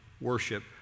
worship